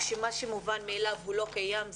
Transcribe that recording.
כשמה מובן מאליו הוא לא קיים,